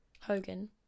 Hogan